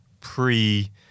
pre